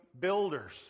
builders